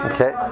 Okay